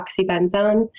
oxybenzone